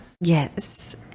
Yes